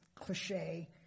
cliche